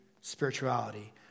spirituality